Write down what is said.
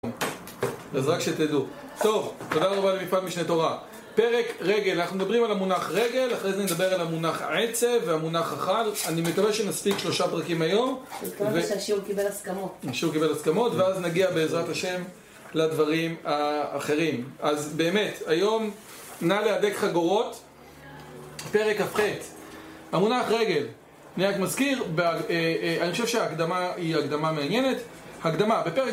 אז רק שתדעו טוב, תודה רבה למפעל משנה תורה פרק רגל, אנחנו מדברים על המונח רגל, אחרי זה נדבר על המונח עצב והמונח החל, אני מקווה שנספיק שלושה פרקים היום וכמובן שהשיעור קיבל הסכמות ואז נגיע בעזרת השם לדברים האחרים, אז באמת היום נא להדק חגורות פרק כ"ח: המונח רגל נהג מזכיר אני חושב שההקדמה היא הקדמה מעניינת הקדמה